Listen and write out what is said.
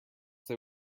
they